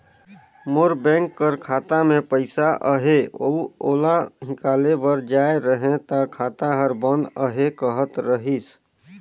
मोर bank कर खाता में पइसा अहे अउ ओला हिंकाले बर जाए रहें ता खाता हर बंद अहे कहत रहिस